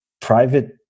private